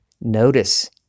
notice